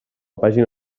pàgina